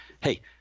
hey